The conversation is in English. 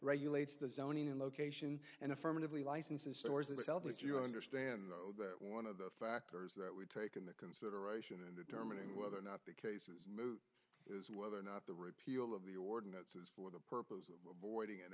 regulates the zoning and location and affirmatively licenses stores themselves you understand though that one of the factors that we take in the consideration in determining whether or not the case is moot is whether or not the repeal of the ordinance is for the purpose of avoiding an